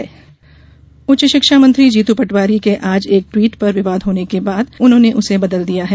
चुनाव विवाद उच्च शिक्षा मंत्री जीतू पटवारी के आज एक टवीट पर विवाद होने के बाद उन्होंने इसे बदल दिया है